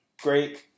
great